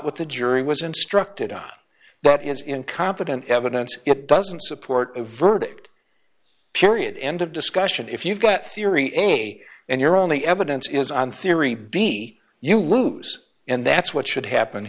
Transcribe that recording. what the jury was instructed on but is incompetent evidence it doesn't support a verdict period end of discussion if you've got theory anyway and your only evidence is on theory b you lose and that's what should happen